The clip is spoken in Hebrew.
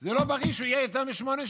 זה לא בריא שהוא יהיה יותר משמונה שנים.